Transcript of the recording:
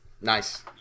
Nice